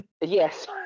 Yes